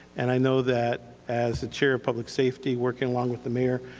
and i know that, as the chair of public safety, working along with the mayor,